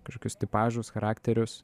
kažkokius tipažus charakterius